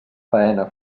faena